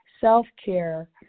self-care